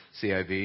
CIV